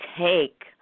take